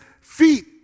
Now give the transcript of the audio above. feet